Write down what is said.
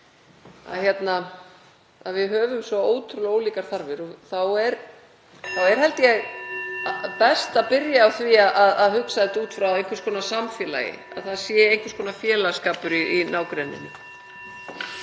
Við höfum svo ótrúlega ólíkar þarfir (Forseti hringir.) og þá er held ég best að byrja á því að hugsa þetta út frá einhvers konar samfélagi, að það sé einhvers konar félagsskapur í nágrenninu.